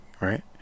right